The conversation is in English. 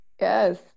Yes